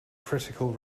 critical